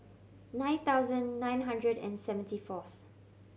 nine thousand nine hundred and seventy fourth